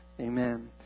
Amen